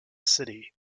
city